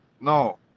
No